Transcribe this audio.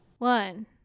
One